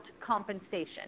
compensation